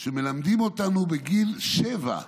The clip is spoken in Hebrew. שמלמדים אותנו בגיל שבע.